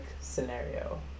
scenario